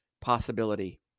possibility